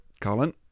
Colin